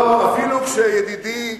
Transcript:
אפילו כשידידי,